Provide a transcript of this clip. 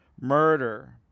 murder